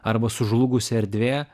arba sužlugusi erdvė